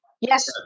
Yes